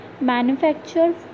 manufacture